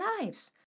lives